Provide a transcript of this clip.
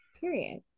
Period